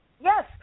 Yes